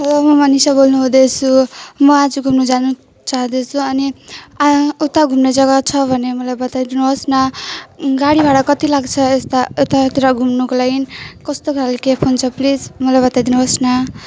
hello म मनिषा बोल्नुहुँदैछु म अब घुम्नु जानु चाहँदैछु अनि उता घुम्ने जाने जग्गा छ भने मलाई बताइदिनु होस् न गाडी भाडा कति लाग्छ उतातिर घुम्नको लागि कस्तो खालके हुन्छ प्लिज मलाई बताइदिनु होस् न